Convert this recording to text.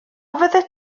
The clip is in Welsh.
fyddet